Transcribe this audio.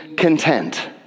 Content